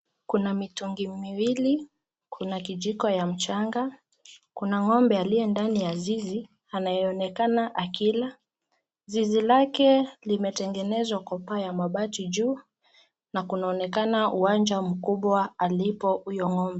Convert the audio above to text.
Kuna mitungi miwili, kuna kijiko ya mchanga, kuna ngombe aliye ndani ya zizi, anaye onekana akila. Zizi lake limetengenezwa kwa paa mabati juu, na kunaonekana uwanja mkubwa alipo huyo ng'ombe.